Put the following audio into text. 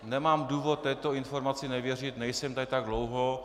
Nemám důvod této informaci nevěřit, nejsem tady tak dlouho.